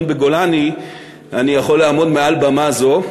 בגולני אני יכול לעמוד מעל במה זו.